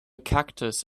cactus